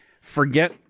forget